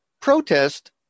protest